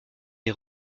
est